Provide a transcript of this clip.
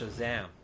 Shazam